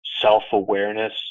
self-awareness